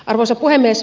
arvoisa puhemies